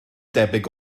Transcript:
debyg